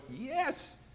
Yes